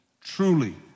Truly